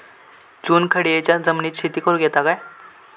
चुनखडीयेच्या जमिनीत शेती करुक येता काय?